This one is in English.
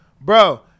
Bro